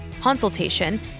consultation